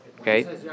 Okay